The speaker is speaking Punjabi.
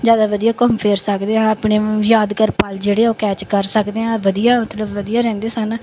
ਜ਼ਿਆਦਾ ਵਧੀਆ ਘੁੰਮ ਫਿਰ ਸਕਦੇ ਹਾਂ ਆਪਣੇ ਯਾਦਗਾਰ ਪਲ ਜਿਹੜੇ ਉਹ ਕੈਚ ਕਰ ਸਕਦੇ ਹਾਂ ਵਧੀਆ ਮਤਲਬ ਵਧੀਆ ਰਹਿੰਦੇ ਸਨ